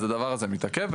אז הדבר הזה מתעכב.